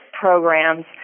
programs